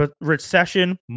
recession